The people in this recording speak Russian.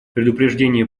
предупреждение